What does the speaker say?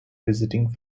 visiting